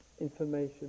information